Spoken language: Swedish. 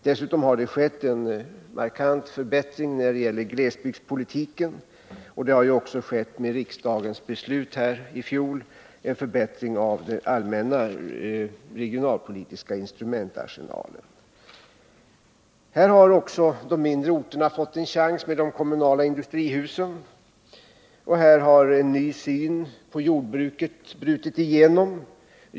Dessutom har det skett en markant förbättring när det gäller glesbygdspolitiken, och det har genom riksdagens beslut i fjol också skett en förbättring av den allmänna regionalpolitiska instrumentarsenalen. Här har också de mindre orterna fått en chans genom de kommunala industrihusen, och vidare har en ny syn på jordbruket brutit igenom.